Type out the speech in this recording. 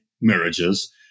marriages